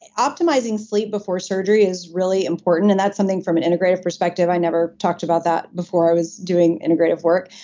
optimizing sleep before surgery is really important, and that's something from an integrative perspective. i never talked about that before i was doing integrative work.